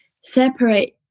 separate